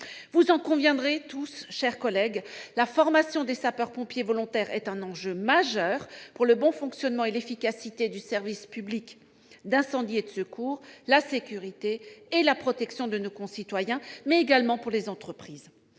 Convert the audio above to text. vous en conviendrez tous : la formation des sapeurs-pompiers volontaires est un enjeu majeur pour le bon fonctionnement et l'efficacité du service public d'incendie et de secours et la sécurité ainsi que la protection de nos concitoyens, mais également pour les entreprises.